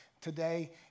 today